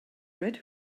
red